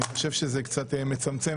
אני חושב שהשם הרשמי של הוועדה מצמצם